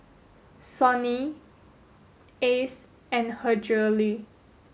Sony Ice and Her Jewellery